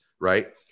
right